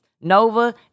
Nova